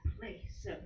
place